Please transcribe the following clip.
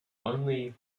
only